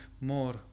more